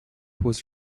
was